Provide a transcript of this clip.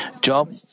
Job